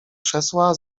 krzesła